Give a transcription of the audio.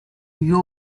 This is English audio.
you